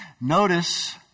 Notice